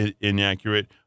inaccurate